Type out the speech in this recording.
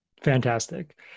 Fantastic